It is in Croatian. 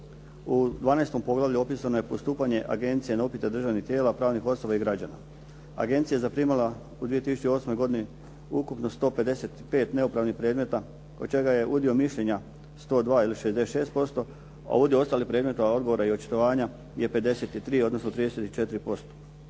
U 12 poglavlju opisano je postupanje agencije na upite državnih tijela, pravnih osoba i građana. Agencija je zaprimila u 2008. godini ukupno 155 neupravnih predmeta, od čega je udio mišljenja 102 ili 66%, a udio ostalih predmeta, odgovora i očitovanja je 53 odnosno 34%.